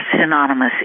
synonymous